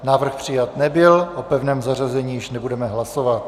Návrh přijat nebyl, o pevném zařazení již nebudeme hlasovat.